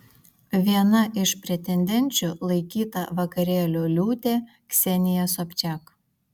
viena iš pretendenčių laikyta vakarėlių liūtė ksenija sobčiak